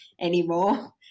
anymore